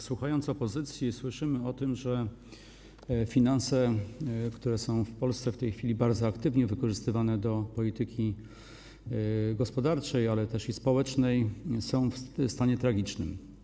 Słuchając opozycji, słyszymy o tym, że finanse, które są w Polsce w tej chwili bardzo aktywnie wykorzystywane do prowadzenia polityki gospodarczej, ale też społecznej, są w stanie tragicznym.